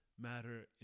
matter